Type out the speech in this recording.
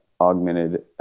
augmented